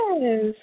Yes